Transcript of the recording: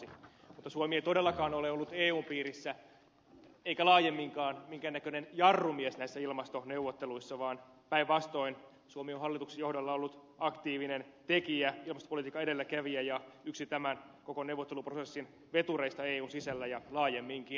mutta suomi ei todellakaan ole ollut eun piirissä eikä laajemminkaan minkään näköinen jarrumies näissä ilmastoneuvotteluissa vaan päinvastoin suomi on hallituksen johdolla ollut aktiivinen tekijä ilmastopolitiikan edelläkävijä ja yksi tämän koko neuvotteluprosessin vetureista eun sisällä ja laajemminkin